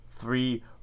three